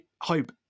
Hope